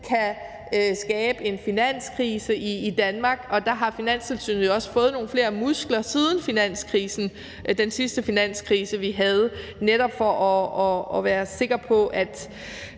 kan skabe en finanskrise i Danmark? Og der har Finanstilsynet jo også fået nogle flere muskler siden den sidste finanskrise, vi havde, netop for at være sikker på, at